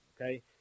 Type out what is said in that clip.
okay